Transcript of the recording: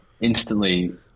instantly